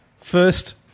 First